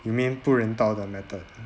you mean 不人道的 method